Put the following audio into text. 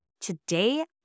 Today